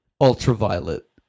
ultraviolet